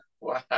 Wow